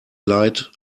leid